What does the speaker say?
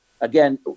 again